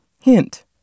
Hint